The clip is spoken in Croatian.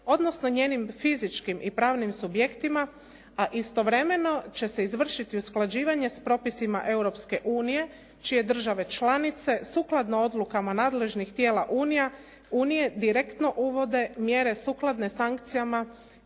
odnosno njenim fizičkim i pravnim subjektima, a istovremeno će se izvršiti usklađivanje s propisima Europske unije čije države članice sukladno odlukama nadležnih tijela Unije direktno uvode mjere sukladne sankcijama